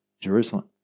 Jerusalem